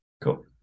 Cool